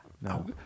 No